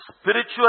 spiritual